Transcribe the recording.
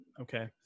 okay